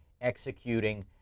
executing